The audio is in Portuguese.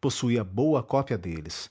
possuía boa cópia deles